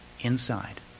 inside